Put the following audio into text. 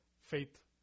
faith